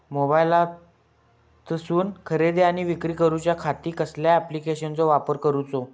मोबाईलातसून खरेदी आणि विक्री करूच्या खाती कसल्या ॲप्लिकेशनाचो वापर करूचो?